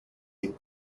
you